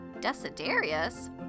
Desiderius